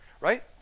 Right